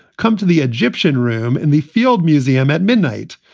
come to the egyptian room in the field museum at midnight.